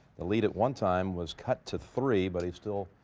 the lead at one time was cut to three, but he still,